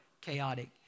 chaotic